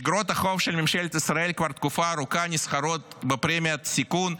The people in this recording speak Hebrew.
אגרות החוב של ממשלת ישראל כבר תקופה ארוכה נסחרות בפרמיית סיכון,